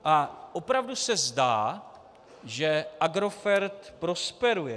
A opravdu se zdá, že Agrofert prosperuje.